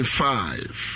five